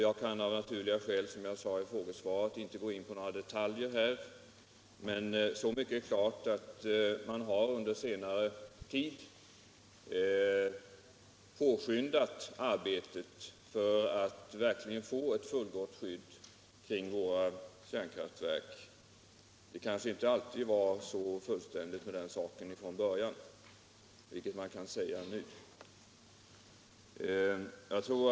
Jag kan av naturliga skäl i det här frågesvaret inte gå in på några detaljer, men klart är att man under senare tid har påskyndat arbetet för att få ett verkligt fullgott skydd kring våra kärnkraftverk. Från början kanske det inte alltid var så fullständigt, vilket man dock kan säga att det är nu.